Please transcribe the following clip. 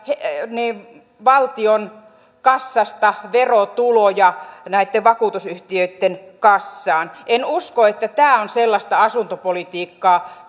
valtion kassasta verotuloja näitten vakuutusyhtiöitten kassaan en usko että tämä on sellaista asuntopolitiikkaa